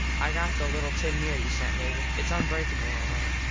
i got the little tin mirror you sent, mable. its unbreakable all right.